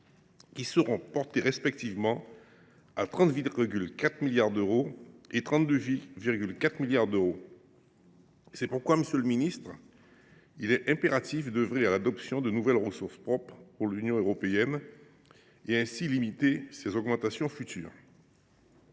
ci sera porté à 30,4 milliards d’euros puis à 32,4 milliards d’euros. C’est pourquoi, monsieur le ministre, il est impératif d’œuvrer à l’adoption de nouvelles ressources propres pour l’Union européenne, afin de limiter ces augmentations futures.